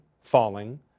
falling